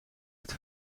het